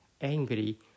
angry